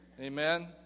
Amen